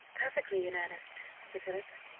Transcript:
perfectly in earnest, sir philip.